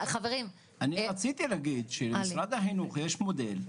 רציתי להגיד שלמשרד החינוך יש מודל,